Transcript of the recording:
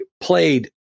played